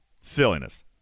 Silliness